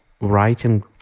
writing